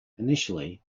initially